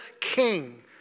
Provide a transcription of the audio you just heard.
king